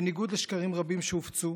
בניגוד לשקרים רבים שהופצו,